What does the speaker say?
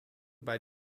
bei